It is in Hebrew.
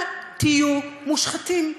אל תהיו מושחתים.